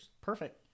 Perfect